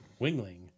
Wingling